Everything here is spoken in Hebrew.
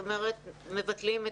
זאת ‏אומרת שמבטלים?